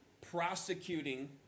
prosecuting